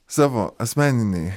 savo asmeniniai